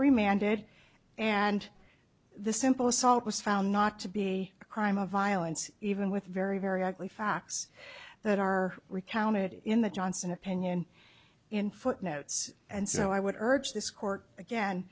mandated and the simple assault was found not to be a crime of violence even with very very ugly facts that are recounted in the johnson opinion in footnotes and so i would urge this court again